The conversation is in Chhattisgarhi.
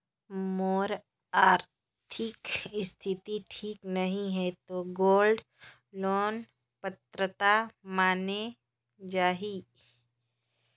मोर आरथिक स्थिति ठीक नहीं है तो गोल्ड लोन पात्रता माने जाहि?